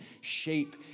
shape